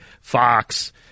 Fox